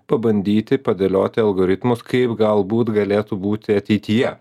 pabandyti padėlioti algoritmus kaip galbūt galėtų būti ateityje